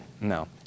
No